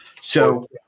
So-